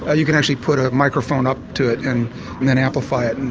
ah you can actually put a microphone up to it and and then amplify it. and